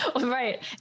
Right